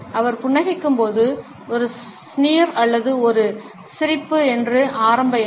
அவர் புன்னகைக்கும்போது ஒரு ஸ்னீர் அல்லது ஒரு குறிப்பு நேரம் 3716 சிரிப்பு என்பது ஆரம்ப எண்ணம்